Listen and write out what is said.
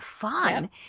fun